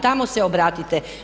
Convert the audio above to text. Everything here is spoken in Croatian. Tamo se obratite.